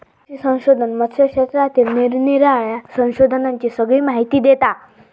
जलकृषी संशोधन मत्स्य क्षेत्रातील निरानिराळ्या संशोधनांची सगळी माहिती देता